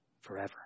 forever